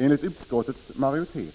Enligt utskottets majoritet